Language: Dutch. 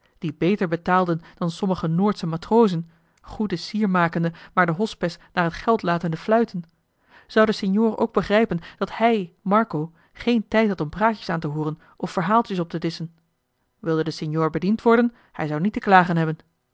die beter betaalden dan sommige noordsche matrozen goede sier makende maar den hospes naar het geld latende fluiten zou de signor ook begrijpen dat hij marco geen tijd had om praatjes aan te hooren of verhaaltjes op te disschen wilde de signor bediend worden hij zou niet te klagen hebben